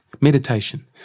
Meditation